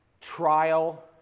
trial